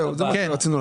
זה מה שרצינו לדעת.